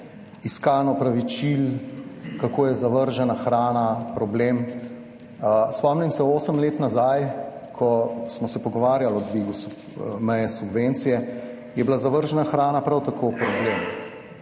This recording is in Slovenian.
iskanj, opravičil, kako je zavržena hrana problem. Spomnim se osem let nazaj, ko smo se pogovarjali o dvigu meje subvencije, je bila zavržena hrana prav tako problem.